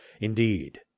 Indeed